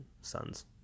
sons